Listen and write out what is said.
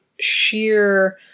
sheer